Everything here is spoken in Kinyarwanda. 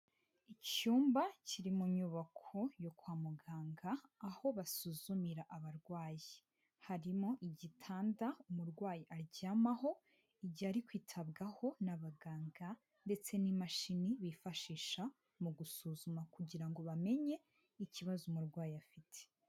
Icyumba kiri mu nyubako yo kwa muganga, aho basuzumira abarwayi. Harimo igitanda umurwayi aryamaho igihe ari kwitabwaho n'abaganga ndetse n'imashini bifashisha mu gusuzuma kugira ngo bamenye ikibazo umurwayi afite.